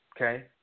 Okay